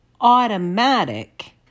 automatic